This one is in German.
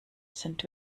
sind